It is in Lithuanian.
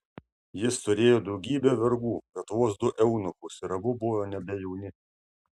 jis turėjo daugybę vergų bet vos du eunuchus ir abu buvo nebe jauni